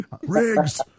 Riggs